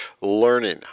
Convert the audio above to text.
learning